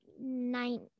nine